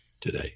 today